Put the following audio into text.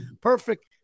Perfect